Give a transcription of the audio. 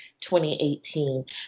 2018